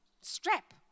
strap